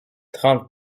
trente